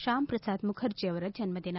ಶ್ಕಾಮ್ಪ್ರಸಾದ್ ಮುಖರ್ಜಿ ಅವರ ಜನ್ಮದಿನ